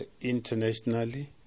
internationally